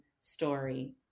story